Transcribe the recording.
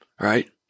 right